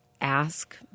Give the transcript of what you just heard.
ask